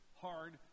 hard